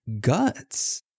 guts